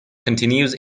continues